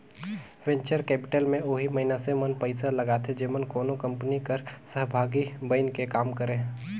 venture capital में ओही मइनसे मन पइसा लगाथें जेमन कोनो कंपनी कर सहभागी बइन के काम करें